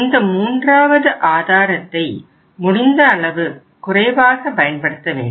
இந்த மூன்றாவது ஆதாரத்தை முடிந்த அளவு குறைவாக பயன்படுத்த வேண்டும்